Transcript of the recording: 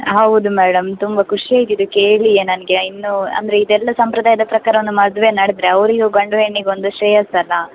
ಹೌದು ಮೇಡಮ್ ತುಂಬ ಖುಷಿ ಆಗಿದೆ ಕೇಳಿಯೇ ನನಗೆ ಇನ್ನೂ ಅಂದರೆ ಇದೆಲ್ಲ ಸಂಪ್ರದಾಯದ ಪ್ರಕಾರನೆ ಮದುವೆ ನಡೆದ್ರೆ ಅವರಿಗೂ ಗಂಡು ಹೆಣ್ಣಿಗೊಂದು ಶ್ರೇಯಸ್ಸು ಅಲ್ವಾ